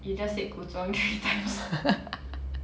you just said 古装 three times